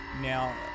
Now